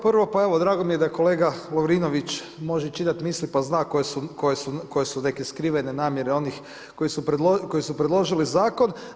Prvo, drago mi je da kolega Lovrinović može čitati misli pa zna koje su neke skrivene namjere onih koji su predložili zakon.